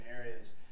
areas